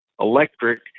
electric